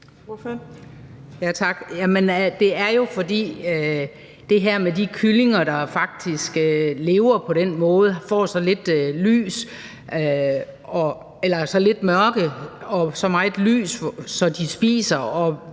Det er jo, fordi jeg synes, at det her med de kyllinger, der faktisk lever på den måde og får så lidt mørke og så meget lys, at de spiser